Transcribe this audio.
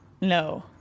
No